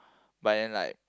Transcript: but then like